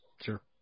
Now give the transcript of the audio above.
Sure